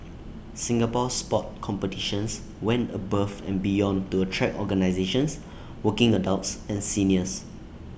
Singapore Sport competitions went above and beyond to attract organisations working adults and seniors